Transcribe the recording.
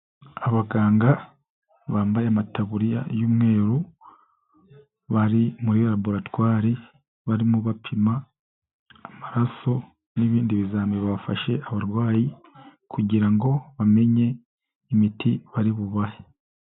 Abaganga bambaye amataburiya y'umweru, bari muri laboratwari, barimo bapima, amaraso n'ibindi bizamini bafashe abarwayi, kugira ngo bamenye imiti bari bubahe.